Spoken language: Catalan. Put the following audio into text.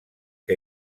que